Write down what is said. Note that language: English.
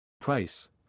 Price